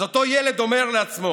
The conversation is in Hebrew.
אז אותו ילד אומר לעצמו: